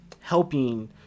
helping